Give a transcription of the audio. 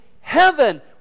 heaven